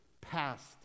past